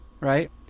right